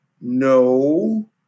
No